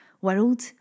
world